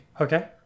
Okay